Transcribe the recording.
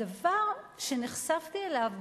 הדבר שנחשפתי אליו,